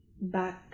back